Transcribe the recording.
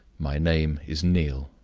my name is neal.